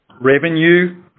revenue